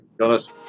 Jonas